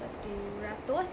satu ratus